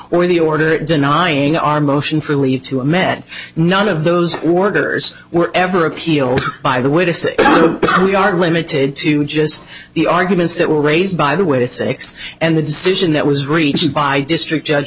or the order denying our motion for leave to have met none of those orders were ever appealed by the way to say we are limited to just the arguments that were raised by the way that six and the decision that was reached by district judge